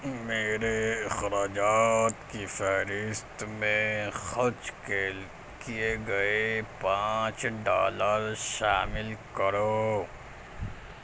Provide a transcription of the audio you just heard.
میرے اخراجات کی فہرست میں خرچ کیے گئے پانچ ڈالر شامل کرو